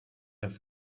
have